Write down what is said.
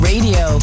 Radio